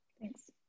Thanks